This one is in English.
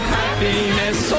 happiness